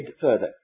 further